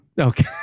Okay